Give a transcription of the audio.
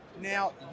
Now